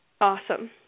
Awesome